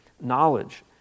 knowledge